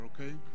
okay